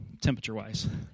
temperature-wise